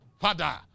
Father